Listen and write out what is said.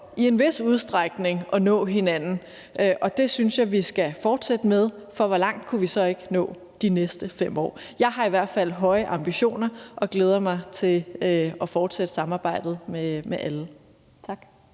i en vis udstrækning at nå hinanden. Det synes jeg vi skal fortsætte med, for hvor langt kunne vi så ikke nå de næste 5 år? Jeg har i hvert fald høje ambitioner og glæder mig til at fortsætte samarbejdet med alle. Tak.